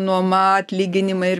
nuoma atlyginimai ir